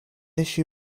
issue